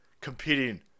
competing